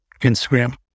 Instagram